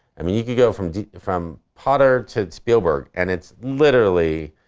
i mean, you could go from from potter to spielberg and it's literally